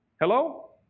hello